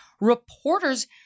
reporters